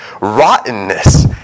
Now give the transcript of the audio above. rottenness